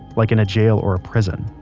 like in a jail or a prison.